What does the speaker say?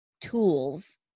tools